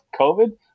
COVID